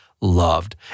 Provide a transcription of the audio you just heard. Loved